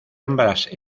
ambas